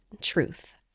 truth